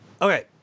Okay